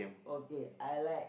okay I like